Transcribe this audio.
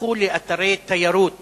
הפכו לאתרי תיירות